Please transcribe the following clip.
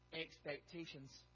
expectations